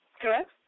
correct